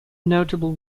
notable